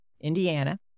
Indiana